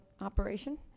operation